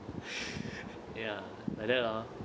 ya like that orh